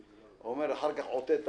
אחר כך עוטה את